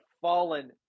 fallen